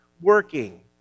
working